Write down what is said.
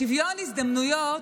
שוויון הזדמנויות,